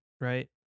right